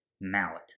mallet